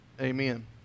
amen